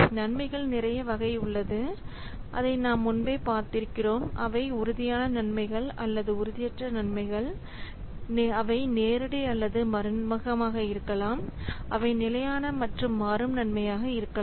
நன்மைகள் நிறைய வகை உள்ளது அதை நாம் முன்பே பார்த்திருக்கிறோம் அவை உறுதியான நன்மைகள் அல்லது உறுதியற்ற நன்மைகள் அவை நேரடி அல்லது மறைமுகமாக இருக்கலாம் அவை நிலையான மற்றும் மாறும் நன்மையாக இருக்கலாம்